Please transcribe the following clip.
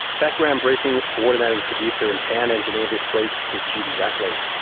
background briefing's coordinating producer and sound engineer this week is judy rapley,